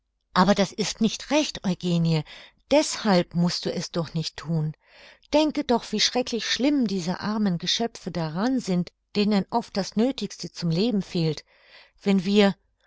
aber das ist nicht recht eugenie deshalb mußt du es doch nicht thun denke doch wie schrecklich schlimm diese armen geschöpfe daran sind denen oft das nöthigste zum leben fehlt wenn wir